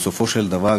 בסופו של דבר,